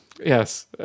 yes